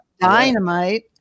dynamite